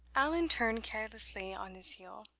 allan turned carelessly on his heel.